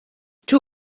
too